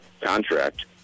contract